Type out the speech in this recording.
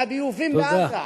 לביוב בעזה.